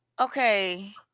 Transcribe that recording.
Okay